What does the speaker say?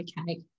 Okay